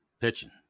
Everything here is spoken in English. pitching